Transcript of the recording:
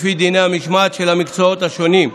לפי דיני המשמעת של המקצועות השונים: